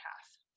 half